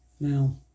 Now